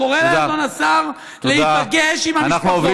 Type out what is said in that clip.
קורא לשר להיפגש עם המשפחות.